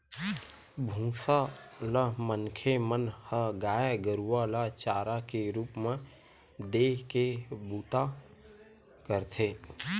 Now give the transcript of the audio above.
भूसा ल मनखे मन ह गाय गरुवा ल चारा के रुप म देय के बूता करथे